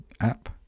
app